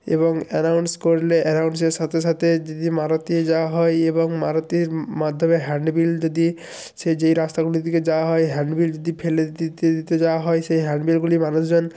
এবং অ্যানাউন্স করলে অ্যানাউন্সের সাথে সাথে যদি মারুতি যাওয়া হয় এবং মারুতির মাধ্যমে হ্যান্ড বিল যদি সে যেই রাস্তাগুলি দিকে যাওয়া হয় হ্যান্ড বিল যদি ফেলে দিতে দিতে দিতে যাওয়া হয় সেই হ্যান্ড বিলগুলি মানুষজন